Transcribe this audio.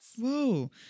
Whoa